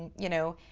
you know,